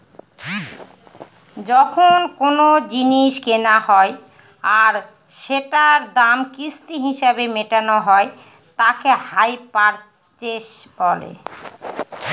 যখন কোনো জিনিস কেনা হয় আর সেটার দাম কিস্তি হিসেবে মেটানো হয় তাকে হাই পারচেস বলে